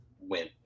win